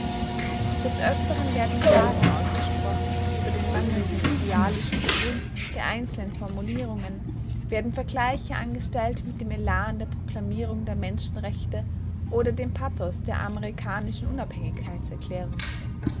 des öfteren werden klagen ausgesprochen über den mangelnden idealischen schwung der einzelnen formulierungen werden vergleiche angestellt mit dem elan der proklamierung der menschenrechte oder dem pathos der amerikanischen unabhängigkeitserklärung